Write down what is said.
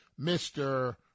Mr